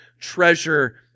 treasure